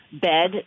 bed